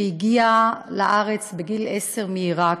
שהגיעה לארץ בגיל 10 מעיראק,